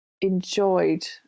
enjoyed